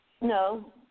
No